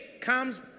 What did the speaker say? comes